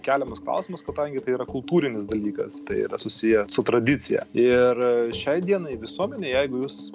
keliamas klausimas kadangi tai yra kultūrinis dalykas tai yra susiję su tradicija ir šiai dienai visuomenė jeigu jūs